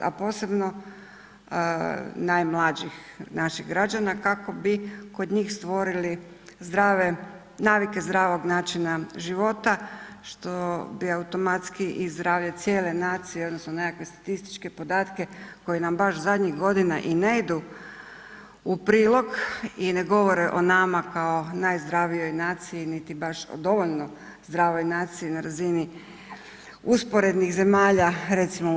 A posebno najmlađih naših građana kako bi kod njih stvorili zdrave, navike zdravog načina života što bi automatski i zdravlje cijele nacije odnosno nekakve statističke podatke koji nam baš zadnjih godina i ne idu u prilog i ne govore o nama kao najzdravijoj naciji niti baš dovoljno zdravoj naciji na razini usporednih zemalja recimo u EU.